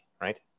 right